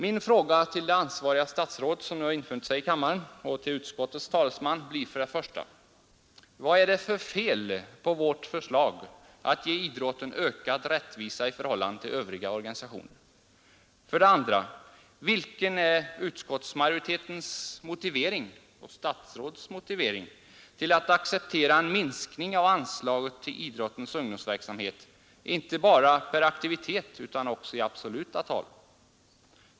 Min fråga till det ansvariga statsrådet, som nu har infunnit sig i kammaren, och till utskottets talesman blir för det första: Vad är det för fel på vårt förslag att ge idrotten ökad rättvisa i förhållande till övriga organisationer? För det andra: Vilken är utskottsmajoritetens och statsrådets motivering till att acceptera en minskning av anslaget till idrottens ungdomsverksamhet inte bara per aktivitet utan också i absoluta tal?